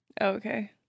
okay